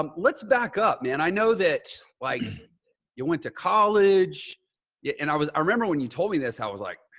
um let's back up, man. i know that like you went to college yeah and i was, i remember when you told me this, i was like,